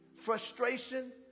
frustration